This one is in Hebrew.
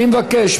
אני מבקש,